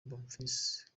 bonfils